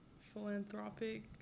philanthropic